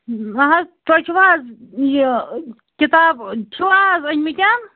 نہ حظ تۄہۍ چھُو حظ یہِ کِتاب چھِو حظ أنۍمٕتۍ